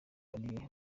ari